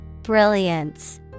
Brilliance